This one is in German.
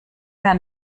mehr